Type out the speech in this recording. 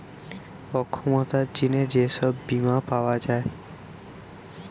অক্ষমতার জিনে যে সব বীমা পাওয়া যায়